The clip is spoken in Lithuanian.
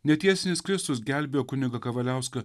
netiesinis kristus gelbėjo kunigą kavaliauską